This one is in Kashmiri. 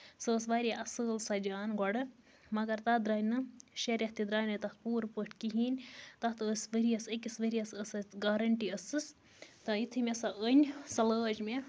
سۅ ٲسۍ واریاہ اَصٕل سَجان گۄڈٕ مَگر تَتھ درٛاے نہٕ شیٚے ریٚتھ تہِ درٛٲے نہٕ تَتھ پوٗرٕ پٲٹھۍ کِہیٖنٛۍ تَتھ ٲسۍ ؤریَس أکِس ؤریَس ٲسۍ تَتھ گارینٹی ٲسٕس تہٕ یِتھُے مےٚ سۄ أنۍ سۅ لٲج مےٚ